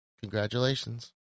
Congratulations